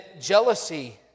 jealousy